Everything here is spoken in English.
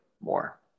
more